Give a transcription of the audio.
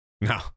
No